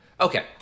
okay